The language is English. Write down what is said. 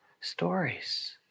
stories